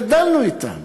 גדלנו אתם.